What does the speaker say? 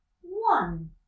one